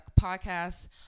podcasts